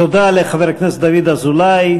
תודה לחבר הכנסת דוד אזולאי.